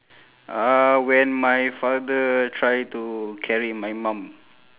uh when my father try to carry my mom